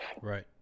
Right